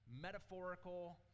metaphorical